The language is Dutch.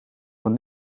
van